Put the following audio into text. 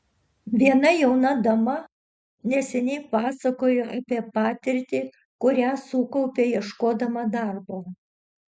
viena jauna dama neseniai pasakojo apie patirtį kurią sukaupė ieškodama darbo